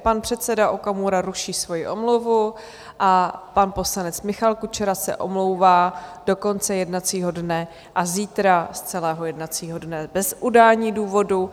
Pan předseda Okamura ruší svoji omluvu a pan poslanec Michal Kučera se omlouvá do konce jednacího dne a zítra z celého jednacího dne bez udání důvodu.